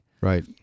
Right